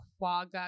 quagga